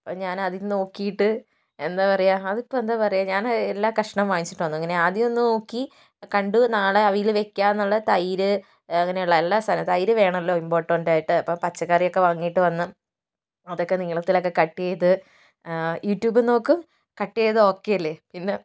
അപ്പോൾ ഞാൻ അതിൽ നോക്കിയിട്ട് എന്താ പറയുക അതിപ്പോൾ എന്താ പറയുക ഞാൻ എല്ലാ കഷ്ണവും വാങ്ങിച്ചിട്ടു വന്നു അങ്ങനെ ആദ്യം ഒന്നു നോക്കി കണ്ടു നാളെ അവയിൽ വെയ്ക്കാം എന്നുള്ള തൈര് അങ്ങനെയുള്ള എല്ലാ സാധനങ്ങളും തൈര് വേണമല്ലോ ഇംപോർട്ടൻ്റ് ആയിട്ട് അപ്പോൾ പച്ചക്കറിയൊക്കെ വാങ്ങിയിട്ട് വന്ന് അതൊക്കെ നീളത്തിൽ ഒക്കെ കട്ട് ചെയ്ത് യൂട്യൂബ് നോക്കും കട്ട് ചെയ്തത് ഒക്കെയല്ലേ പിന്നെ